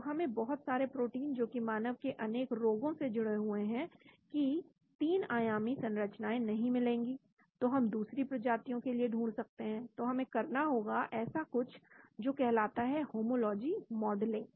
तो हमें बहुत सारे प्रोटीन जो कि मानव के अनेक रोगों से जुड़े हुए हैं की 3 आयामी संरचनाएं नहीं मिलेंगी तो हम दूसरी प्रजातियां के लिए ढूंढ सकते हैं तो हमें करना होगा ऐसा कुछ जो कहलाता है होमोलॉजी मॉडलिंग